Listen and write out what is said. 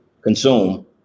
consume